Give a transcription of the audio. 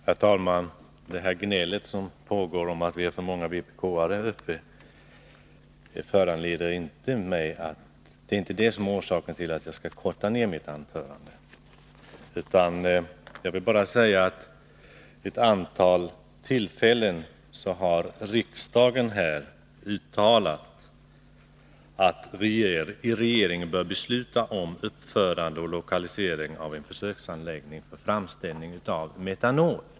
Herr talman! Det är inte gnället om att det skulle vara alltför många vpk-are uppe i debatten som är orsaken till att jag skall korta ned mitt anförande. Jag vill bara säga att riksdagen vid ett antal tillfällen har uttalat att regeringen bör besluta om uppförande och lokalisering av en försöksanläggning för framställning av metanol.